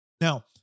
Now